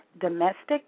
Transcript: domestic